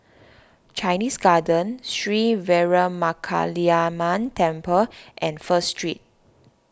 Chinese Garden Sri Veeramakaliamman Temple and First Street